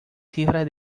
cifras